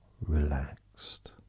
relaxed